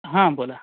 हां बोला